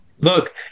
Look